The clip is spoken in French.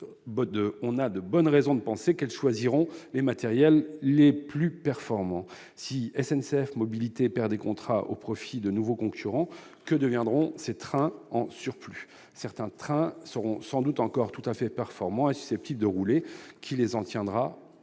on a de bonnes raisons de penser qu'elles choisiront les matériels les plus performants. Si SNCF Mobilités perd des contrats au profit de nouveaux concurrents, que deviendront les trains en surplus ? Certains seront sans doute encore tout à fait performants et susceptibles de rouler ; qui les entretiendra